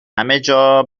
همهجا